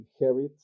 inherit